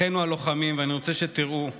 אחינו הלוחמים, ואני רוצה שתראו: